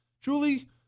Julie